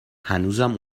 هنوزم